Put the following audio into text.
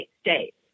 states